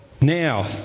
Now